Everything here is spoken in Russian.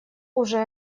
уже